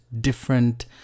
different